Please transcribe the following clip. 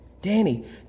Danny